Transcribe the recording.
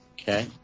Okay